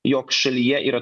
jog šalyje yra